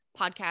podcast